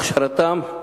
הכשרתם,